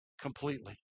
completely